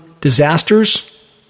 disasters